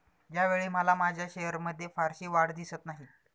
यावेळी मला माझ्या शेअर्समध्ये फारशी वाढ दिसत नाही